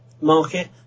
market